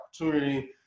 opportunity